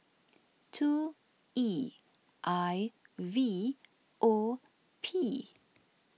two E I V O P